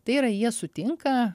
tai yra jie sutinka